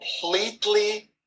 completely